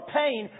pain